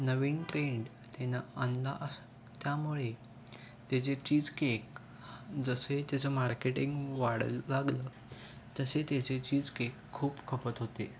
नवीन trend त्यांनं आणला अस त्यामुळे त्याचे चीज केक जसे त्याचं मार्केटिंग वाढायला लागलं तसे त्याचे चीज केक खूप खपत होते